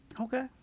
okay